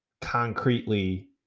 concretely